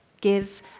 Give